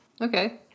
okay